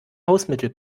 hausmittel